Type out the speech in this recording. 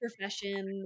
profession